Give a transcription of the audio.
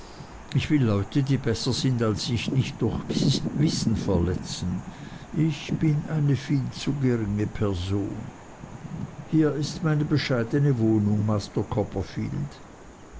ich will leute die besser sind als ich nicht durch wissen verletzen ich bin eine viel zu geringe person hier ist meine bescheidene wohnung master copperfield